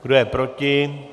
Kdo je proti?